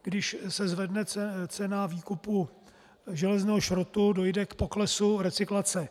Když se zvedne cena výkupu železného šrotu, dojde k poklesu recyklace.